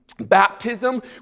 Baptism